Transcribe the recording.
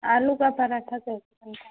आलू का पराठा कैसे बनता है